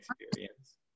experience